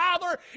Father